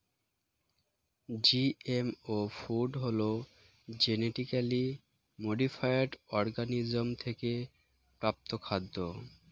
GMO food হলো genetically modified organism থেকে প্রাপ্ত খাদ্য